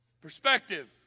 Perspective